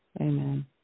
Amen